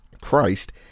Christ